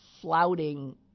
flouting